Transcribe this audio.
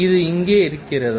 இது இங்கே இருக்கிறதா